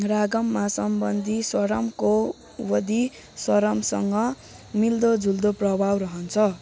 रागममा सम्वदी स्वरम्को वदि स्वरमसँग मिल्दोजुल्दो प्रभाव रहन्छ